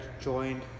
joined